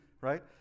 right